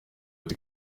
ati